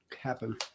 happen